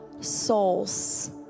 souls